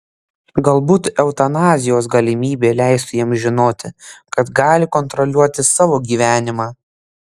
galbūt eutanazijos galimybė leistų jiems žinoti kad gali kontroliuoti savo gyvenimą